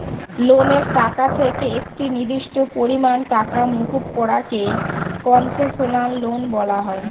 লোনের টাকা থেকে একটি নির্দিষ্ট পরিমাণ টাকা মুকুব করা কে কন্সেশনাল লোন বলা হয়